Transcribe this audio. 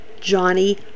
Johnny